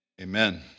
amen